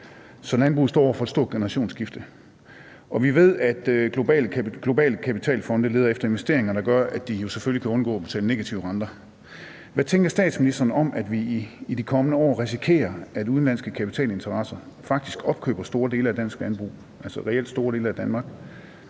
så landbruget står over for et stort generationsskifte. Og vi ved, at globale kapitalfonde jo selvfølgelig leder efter investeringer, der gør, at de kan undgå at betale negative renter. Hvad tænker statsministeren om, at vi i de kommende år risikerer, at udenlandske kapitalinteresser faktisk opkøber store dele af dansk landbrug, altså reelt store dele af Danmark?